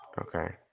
Okay